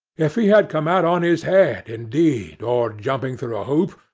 if he had come out on his head indeed, or jumping through a hoop,